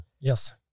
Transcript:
Yes